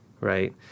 Right